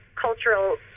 cultural